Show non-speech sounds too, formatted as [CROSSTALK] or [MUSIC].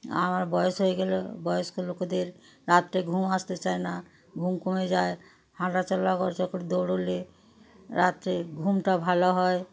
আমার বয়স হয়ে গেল বয়স্ক লোকেদের রাত্রে ঘুম আসতে চায় না ঘুম কমে যায় হাঁটা চলা [UNINTELLIGIBLE] দৌড়লে রাত্রে ঘুমটা ভালো হয়